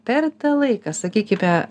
per tą laiką sakykime